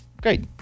Great